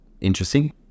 interesting